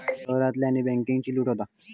शहरांतल्यानी बॅन्केची लूट होता